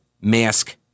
mask